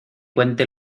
cuente